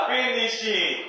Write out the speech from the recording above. Finishing